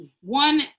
one